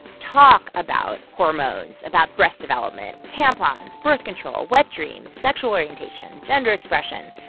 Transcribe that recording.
talk about hormones, about breast development, tampons, birth control, wet dreams, sexual orientation, gender expression,